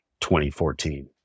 2014